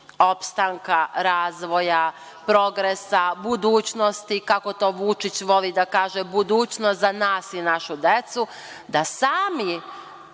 opstanka razvoja, progresa, budućnosti, kako to Vučić voli da kaže – budućnost za nas i našu decu, da sami